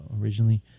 originally